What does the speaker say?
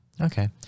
Okay